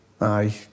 aye